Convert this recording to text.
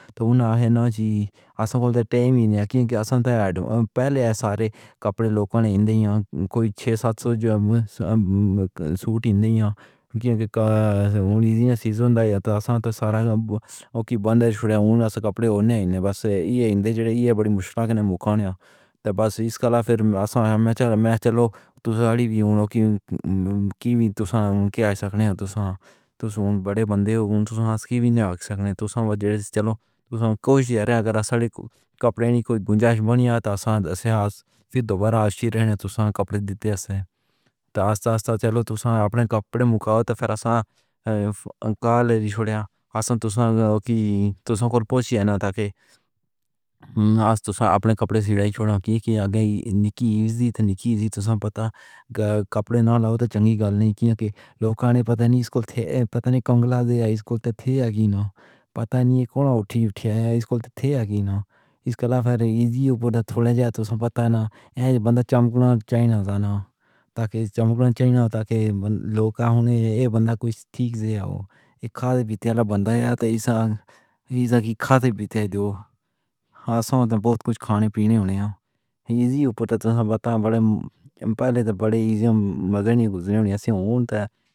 تو اُنّا ہے ناں جی، اصل وچ ٹائم ہی نئیں کیوں جو اصل وچ پہلے سارے کپڑے لوکاں ہی دِتے، کوئی چھہ سَتھ سو سُوٹ ہی نئیں۔ کیوں جو اُہناں سیزن والے سارے اوکے بند چھوڑے، اُنہاں کپڑے پہنے ہن بس۔ ایہہ وڈی مشکل نال کھانا بس۔ اِس کلا پھر میں چلو۔ میں چلو تُوں سہݨی وی ہو جو کیا کر سکدے او، تو تُوں وڈے بندے ہو جو وی نئیں کر سکدے۔ تو سمجھ جو چلو، کو شش ہے۔ اگر اصل کپڑے دی کوئی گنجائش بنی ہے تو اصل جوں دوبارہ آشیرباد کپڑے دیندے ہن تو آست گُسّا چلو تو اپݨے کپڑے اُتارو فیر کال چھوڑا۔ اصل وچ تو جو تُساں پوشن ہا جو آپ اپݨے کپڑے دی نکاسی تاں نکالی، تو سب پتہ کپڑے نہ لاؤ تو چنگا کر لو۔ کیوں جو لوکاں پتہ نئیں، اِس کوں پتہ نئیں کنگنا دیول اِس کوں ہا یا جو نہ پتہ نئیں کون اُٹھے اُٹھے اِس کوں ہا یا نہ۔ اِس کلا ایجھی تھوڑی وَدھ ہے، تو پتہ ناں بندہ چمکنا چاہیدا ہے ناں تائیں جو چمکنا چاہیدا ہے۔ ناں تائیں جو لوکاں ایہہ بندہ کجھ ٹھیک توں خاطر بتاݨے بند ہے، تو ایسا خاطر بتاؤ جو آسان وَدھ کجھ کھاوݨ پیوݨ ہو رہیا ہے۔ ایجھی اُتے تو وڈے وڈے ایجھے گُزرے۔